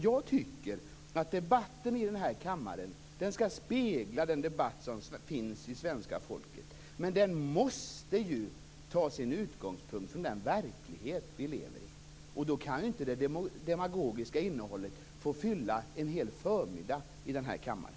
Jag tycker att debatten i denna kammare skall spegla den debatt som finns hos svenska folket, men den måste ta sin utgångspunkt i den verklighet vi lever i. Då kan inte det demagogiska innehållet få fylla en hel förmiddag i denna kammare.